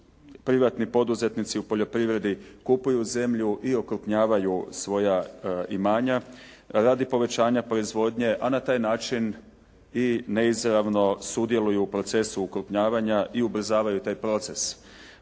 privatni poduzetnici u poljoprivredi kupuju zemlju i okrupnjavaju svoja imanja radi povećanja proizvodnje a na taj način i neizravno sudjeluju u procesu okrupnjavanja i ubrzavaju taj proces.